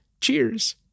Cheers